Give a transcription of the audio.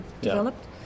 developed